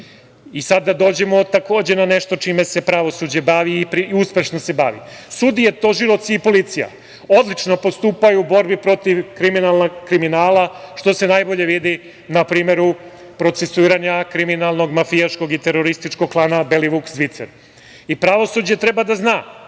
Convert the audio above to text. da dođemo na nešto čime se pravosuđe bavi i uspešno se bavi. Sudije, tužioci i policija odlično postupaju u borbi protiv kriminala, što se najbolje vidi na primeru procesuiranja kriminalnog, mafijaškog i terorističkog klana Belivuk Zvicer. Pravosuđe treba da zna